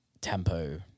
tempo